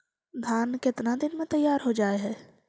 धान केतना दिन में तैयार हो जाय है?